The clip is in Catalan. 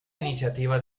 iniciativa